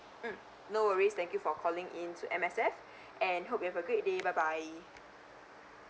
mm no worries thank you for calling in to M_S_F and hope you have a great day bye bye